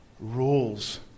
Rules